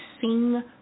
sing